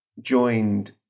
joined